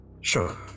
Sure